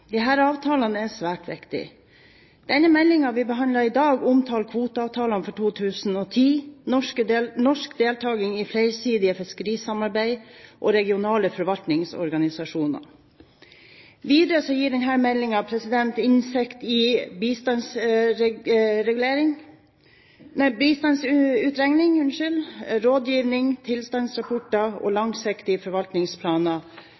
avtalene er svært viktige. Den meldingen vi behandler i dag, omtaler kvoteavtalene for 2010, norsk deltaking i flersidig fiskerisamarbeid og regionale forvaltningsorganisasjoner. Videre gir denne meldingen innsikt i